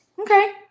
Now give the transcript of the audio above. Okay